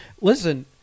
Listen